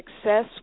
success